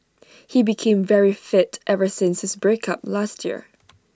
he became very fit ever since his break up last year